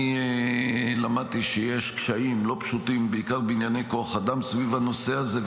אני למדתי שיש קשיים לא פשוטים בעיקר בענייני כוח אדם סביב הנושא הזה.